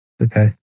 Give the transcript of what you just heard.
Okay